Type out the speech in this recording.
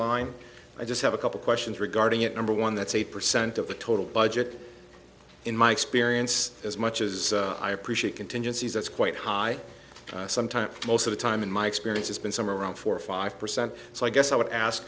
line i just have a couple questions regarding it number one that's eight percent of the total budget in my experience as much as i appreciate contingencies that's quite high sometimes most of the time in my experience it's been some around four or five percent so i guess i would ask